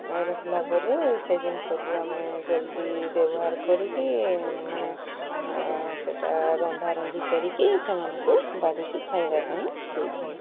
ରଖିଲା ପରେ ସେ ଜିନିଷକୁ ଆମେ ଜଲ୍ଦି ବ୍ୟବହାର କରିକି ମାନେ ସେଇଟା ରନ୍ଧା ରନ୍ଧି କରିକି ସେମାନଙ୍କୁ ବାଢ଼ିକି ଖାଇବା ପାଇଁ ଦେଇଥାଉ